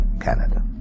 Canada